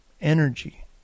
energy